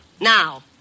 Now